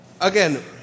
again